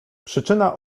przyczyna